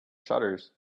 shutters